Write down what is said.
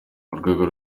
urwego